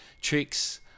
tricks